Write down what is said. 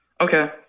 Okay